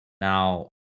Now